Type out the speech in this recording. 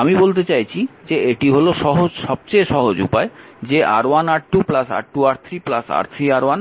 আমি বলতে চাইছি যে এটি হল সবচেয়ে সহজ উপায় যে R1R2 R2R3 R3R1